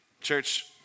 Church